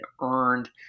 earned